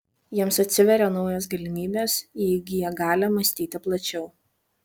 jiems atsiveria naujos galimybės jie įgyja galią mąstyti plačiau